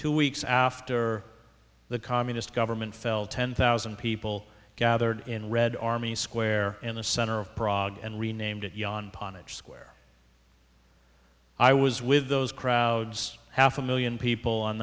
two weeks after the communist government fell ten thousand people gathered in red army square in the center of prague and renamed it yon ponit square i was with those crowds half a million people on